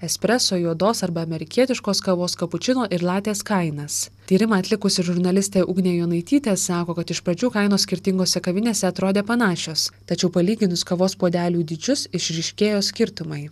espreso juodos arba amerikietiškos kavos kapučino ir latės kainas tyrimą atlikusi žurnalistė ugnė jonaitytė sako kad iš pradžių kainos skirtingose kavinėse atrodė panašios tačiau palyginus kavos puodelių dydžius išryškėjo skirtumai